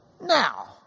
Now